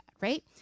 right